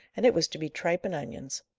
and it was to be tripe and onions!